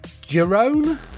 Jerome